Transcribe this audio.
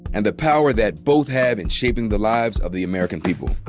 and the power that both have in shaping the lives of the american people.